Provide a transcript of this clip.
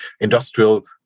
industrial